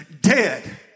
dead